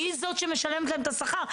היא זאת שמשלמת להם את השכר,